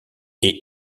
est